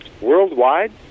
Worldwide